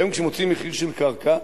היום כשמוציאים מחיר של קרקע,